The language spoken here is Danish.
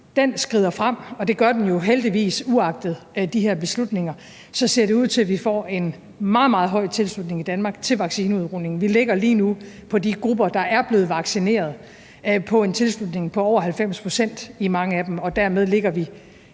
den skrider frem, og det gør den jo heldigvis uagtet de her beslutninger, ser det ud til, at vi får en meget, meget høj tilslutning i Danmark til vaccineudrulningen. Vi ligger lige nu for de grupper, der er blevet vaccineret, på en tilslutning på over 90 pct. ved mange af dem, og dermed ligger vi